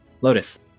Lotus